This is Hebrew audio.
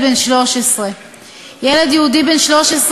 גברתי היושבת-ראש,